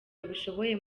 babishoboye